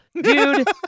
Dude